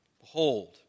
Behold